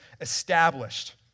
established